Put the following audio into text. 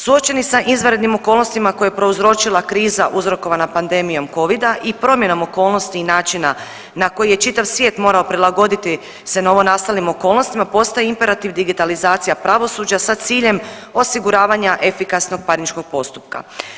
Suočeni sa izvanrednim okolnostima koje je prouzročila kriza uzrokovanom pandemijom Covida i promjenom okolnosti i načina na koji je čitav svijet morao prilagoditi se novonastalim okolnostima postaje imperativ digitalizacija pravosuđa sa ciljem osiguravanja efikasnog parničnog postupka.